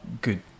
good